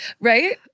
Right